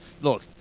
look